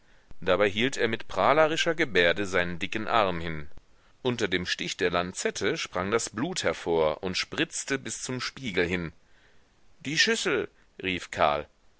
dabei hielt er mit prahlerischer gebärde seinen dicken arm hin unter dem stich der lanzette sprang das blut hervor und spritzte bis zum spiegel hin die schüssel rief karl